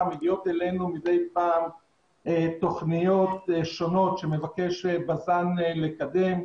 ואלינו מגיעות מדי פעם תכניות שונות שמבקש בז"ן לקדם.